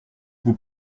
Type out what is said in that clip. vous